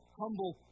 humble